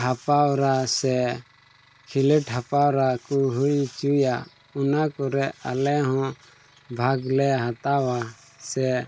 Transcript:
ᱦᱮᱯᱨᱟᱣ ᱥᱮ ᱠᱷᱮᱞᱳᱰ ᱦᱮᱯᱮᱨᱟᱣ ᱠᱚ ᱦᱩᱭ ᱦᱚᱪᱚᱭᱟ ᱚᱱᱟ ᱠᱚᱨᱮᱜ ᱟᱞᱮ ᱦᱚᱸ ᱵᱷᱟᱜᱽ ᱞᱮ ᱦᱟᱛᱟᱣᱟ ᱥᱮ